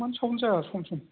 मानो साउन्ड जाया सम सम